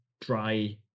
dry